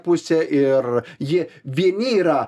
pusė ir jie vieni yra